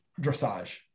dressage